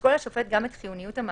ישקול השופט גם את חיוניות המעצר,